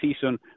season